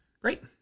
Great